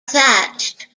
thatched